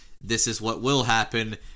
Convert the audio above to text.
this-is-what-will-happen